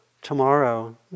Tomorrow